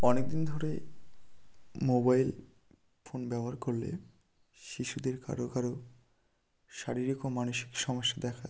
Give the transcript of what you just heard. অনেক দিন ধরে মোবাইল ফোন ব্যবহার করলে শিশুদের কারো কারো শারীরিক ও মানসিক সমস্যা দেখা